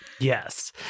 Yes